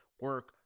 Work